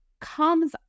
comes